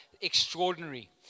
extraordinary